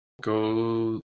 Go